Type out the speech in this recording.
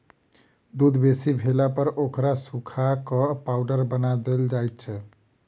दूध बेसी भेलापर ओकरा सुखा क पाउडर बना देल जाइत छै